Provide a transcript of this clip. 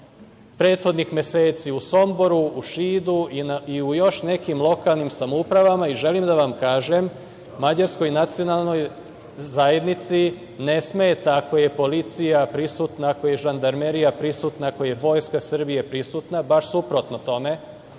prethodnih meseci u Somboru, u Šidu i u još nekim lokalnim samoupravama i želim da vam kažem da mađarskoj nacionalnoj zajednici ne smeta ako je policija prisutna, ako je žandarmerija prisutna, ako je Vojska Srbije prisutna. Baš suprotno tome,